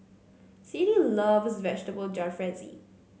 Siddie loves Vegetable Jalfrezi